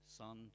son